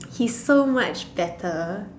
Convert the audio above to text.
he's so much better